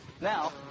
Now